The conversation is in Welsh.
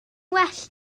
well